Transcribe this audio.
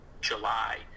July